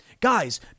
guys